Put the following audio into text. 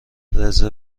رزرو